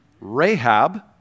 Rahab